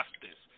justice